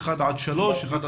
3-1,